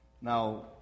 Now